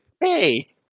Hey